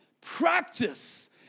practice